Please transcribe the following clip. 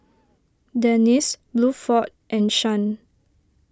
Dennis Bluford and Shan